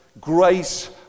grace